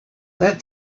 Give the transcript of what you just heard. that